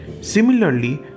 Similarly